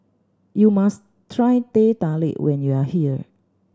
you must try Teh Tarik when you are here